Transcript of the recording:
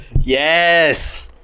yes